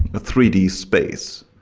a three d space.